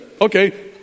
okay